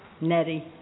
Nettie